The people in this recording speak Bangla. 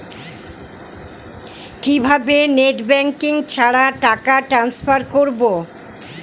কিভাবে নেট ব্যাঙ্কিং ছাড়া টাকা ট্রান্সফার করবো?